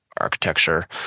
architecture